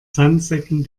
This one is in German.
sandsäcken